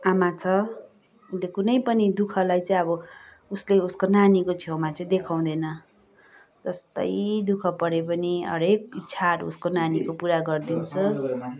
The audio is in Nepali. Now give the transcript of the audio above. आमा छ उसले कुनैपनि दुःखलाई चाहिँ अब उसले उसको नानीको छेउमा चाहिँ देखाउँदैन जस्तै दुःख परे पनि हरेक इच्छाहरू उसको नानीको पुरा गरिदिन्छ